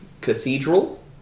cathedral